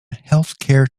healthcare